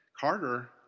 Carter